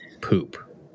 poop